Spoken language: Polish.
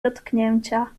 dotknięcia